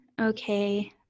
okay